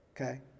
okay